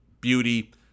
beauty